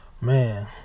Man